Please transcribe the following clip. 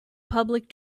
public